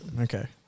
Okay